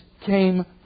came